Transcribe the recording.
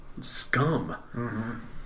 scum